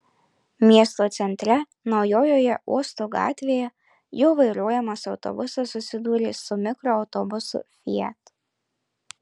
miesto centre naujojoje uosto gatvėje jo vairuojamas autobusas susidūrė su mikroautobusu fiat